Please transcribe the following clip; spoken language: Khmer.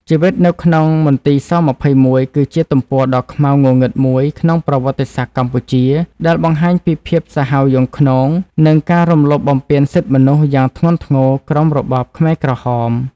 ជីវិតនៅក្នុងមន្ទីរស-២១ គឺជាទំព័រដ៏ខ្មៅងងឹតមួយក្នុងប្រវត្តិសាស្ត្រកម្ពុជា ដែលបង្ហាញពីភាពសាហាវយង់ឃ្នង និងការរំលោភបំពានសិទ្ធិមនុស្សយ៉ាងធ្ងន់ធ្ងរក្រោមរបបខ្មែរក្រហម។